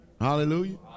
Hallelujah